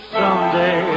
someday